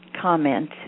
comment